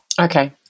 okay